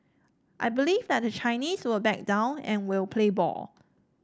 I believe that the Chinese will back down and will play ball